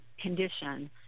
condition